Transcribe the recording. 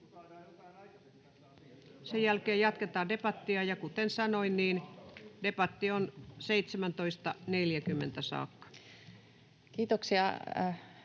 Sen jälkeen jatketaan debattia, ja kuten sanoin, debatti on 17.40 saakka. Kiitoksia,